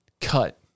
cut